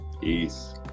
Peace